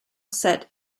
set